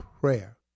prayer